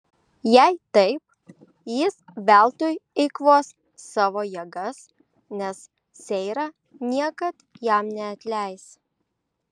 jei taip jis veltui eikvos savo jėgas nes seira niekad jam neatleis